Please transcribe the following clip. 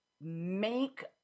make